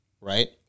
right